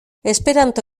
esperanto